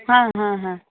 ಹಾಂ ಹಾಂ ಹಾಂ